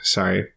Sorry